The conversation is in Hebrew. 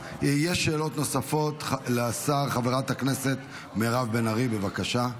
חבר הכנסת --- כבוד השר,